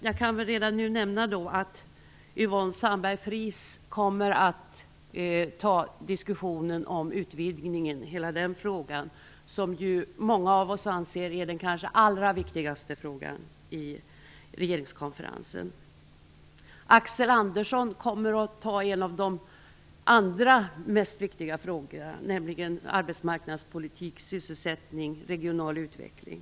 Jag kan redan nu nämna att Yvonne Sandberg-Fries kommer att föra en diskussion om utvidgningen och hela den frågan, som många av oss anser vara den kanske allra viktigaste i regeringskonferensen. Axel Andersson kommer att ta upp några av de andra viktigaste frågorna, nämligen arbetsmarknadspolitik, sysselsättning och regional utveckling.